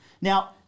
Now